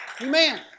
Amen